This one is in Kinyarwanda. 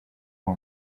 uwo